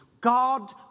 God